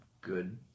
good